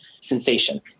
sensation